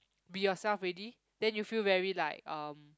be yourself already then you feel very like um